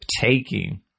taking